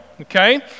Okay